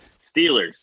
Steelers